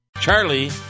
Charlie